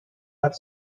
are